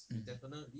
mm